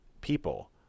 People